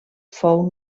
fou